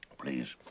please,